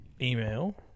email